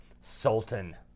Sultan